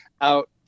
out